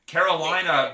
Carolina